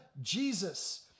Jesus